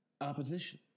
opposition